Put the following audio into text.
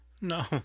No